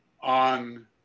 on